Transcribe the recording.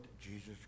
Jesus